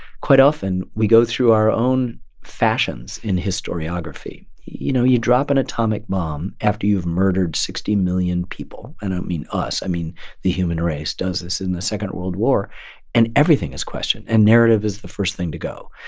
quite often, we go through our own fashions in historiography historiography you know, you drop an atomic bomb after you've murdered sixty million people i don't mean us, i mean the human race does this in the second world war and everything is questioned. and narrative is the first thing to go.